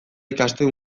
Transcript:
ikasten